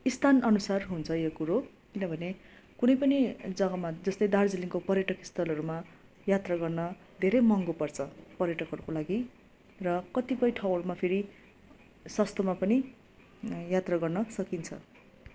स्थान अनुसार हुन्छ यो कुरो किनभने कुनै पनि जगामा जस्तै दार्जिलिङको पर्यटक स्थलहरूमा यात्रा गर्न धेरै महँगो पर्छ पर्यटकहरूको लागि र कतिपय ठाउँहरूमा फेरि सस्तोमा पनि यात्रा गर्न सकिन्छ